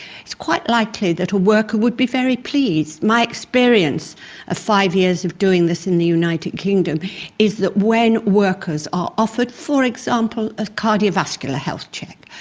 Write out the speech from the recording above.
it's quite likely that a worker would be very pleased. my experience of five years of doing this in the united kingdom is that when workers are offered for example a cardiovascular health check,